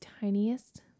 tiniest